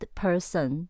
person